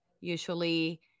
usually